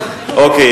אוקיי,